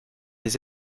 les